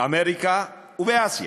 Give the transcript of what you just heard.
אמריקה ובאסיה.